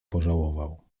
pożałował